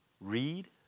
read